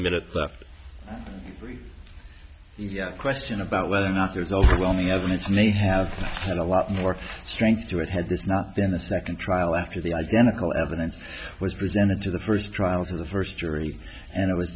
minute left the question about whether or not there's overwhelming evidence may have had a lot more strength to it had this not then the second trial after the identical evidence was presented to the first trial for the first jury and it was